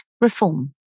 reform